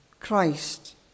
Christ